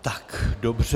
Tak dobře.